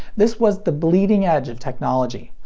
this was the bleeding edge of technology.